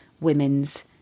women's